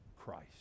christ